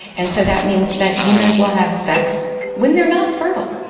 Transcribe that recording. and so that means that humans will have sex when they are not fertile.